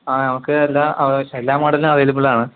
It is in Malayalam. ആ നമുക്ക് എല്ലാം എല്ലാ മോഡലും അവൈലബിൾ ആണ്